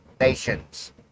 nations